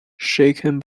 shaken